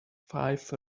five